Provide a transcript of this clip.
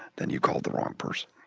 then you called the wrong person.